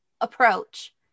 approach